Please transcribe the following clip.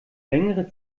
längere